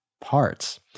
parts